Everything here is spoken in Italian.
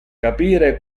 capire